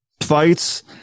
fights